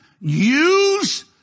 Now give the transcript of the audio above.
Use